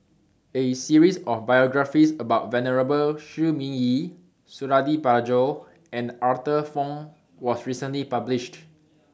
A series of biographies about Venerable Shi Ming Yi Suradi Parjo and Arthur Fong was recently published